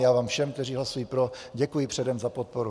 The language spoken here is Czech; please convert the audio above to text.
Já vám všem, kteří hlasují pro, děkuji předem za podporu.